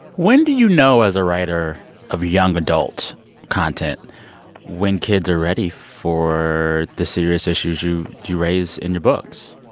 when do you know as a writer of young adult content when kids are ready for the serious issues you you raise in your books?